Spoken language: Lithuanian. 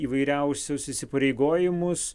įvairiausius įsipareigojimus